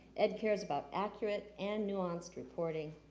ed cares about accurate and nuanced reporting,